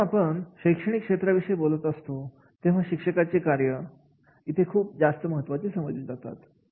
जेव्हा आपण शैक्षणिक क्षेत्राविषयी बोलत असतो तेव्हा शिक्षकांची कार्य इथे खूप जास्त महत्त्वाची समजली जातात